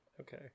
okay